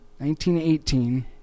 1918